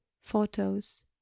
Photos